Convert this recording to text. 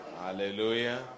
Hallelujah